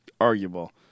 arguable